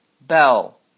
Bell